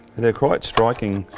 they're quite striking,